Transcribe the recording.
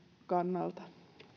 kannalta